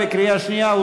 בקריאה שנייה.